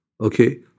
okay